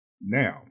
now